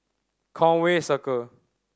Conway Circle